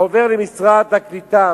עוברים למשרד הקליטה.